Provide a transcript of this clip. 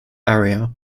area